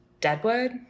Deadwood